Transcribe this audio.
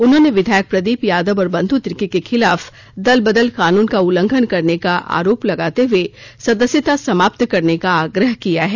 उन्होंने विधायक प्रदीप यादव और बंधु तिर्की के खिलाफ दल बदल कानून का उल्लंघन करने का आरोप लगाते हुए सदस्यता समाप्त करने का आग्रह किया है